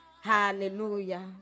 Hallelujah